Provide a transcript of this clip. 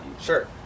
Sure